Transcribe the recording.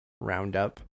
roundup